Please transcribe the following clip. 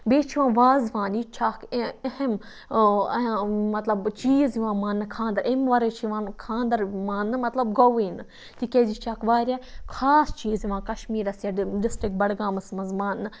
بیٚیہِ چھُ یِوان وازوان یہِ تہِ چھُ اکھ اہم مَطلَب چیٖز یِوان ماننہٕ خانٛدر امہِ وَرٲے چھ یِوان خانٛدَر ماننہٕ مَطلَب گوٚوٕے نہٕ تکیاز یہِ چھُ اکھ واریاہ خاص چیٖز یِ وان کَشمیٖرَس یا ڈِسٹرک بَڈگامَس مَنٛز ماننہٕ